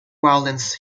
violins